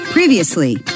Previously